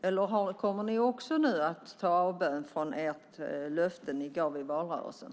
Kommer även ni att nu göra avbön från det löfte ni gav i valrörelsen?